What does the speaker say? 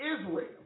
Israel